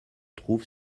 trouve